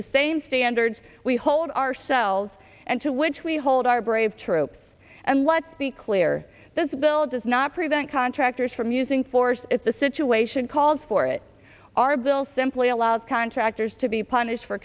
the same standards we hold ourselves and to which we hold our brave troops and let's be clear this bill does not prevent contractors from using force if the situation calls for it our bill simply allows contractors to be punished for